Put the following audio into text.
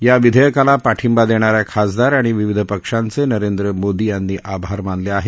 या विधेयकाला पाठिंबा देणाऱ्या खासदार आणि विविध पक्षांचे नरेंद्र मोदी यांनी आभार मानले आहेत